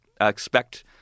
expect